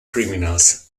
criminals